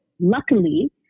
Luckily